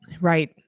Right